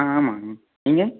ஆ ஆமாங்க நீங்கள்